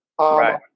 right